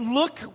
look